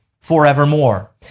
forevermore